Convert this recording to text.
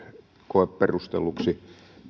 koe perustelluksi